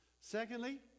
Secondly